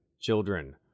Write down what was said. children